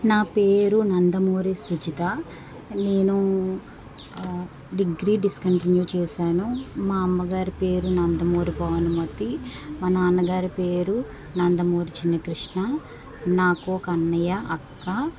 నా పేరు నందమూరి సుజిత నేను డిగ్రీ డిస్కంటిన్యూ చేశాను మా అమ్మ గారి పేరు నందమూరి భానుమతి మా నాన్నగారి పేరు నందమూరి చిన్ని కృష్ణ నాకు ఒక అన్నయ్య అక్క